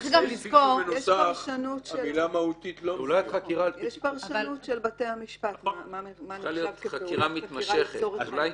יש פרשנות של בתי המשפט מה נחשב כפעולת חקירה לצורך הארכת התקופה.